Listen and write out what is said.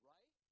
Right